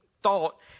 thought